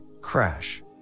crash